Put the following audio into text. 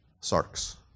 sarks